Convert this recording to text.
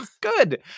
Good